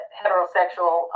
heterosexual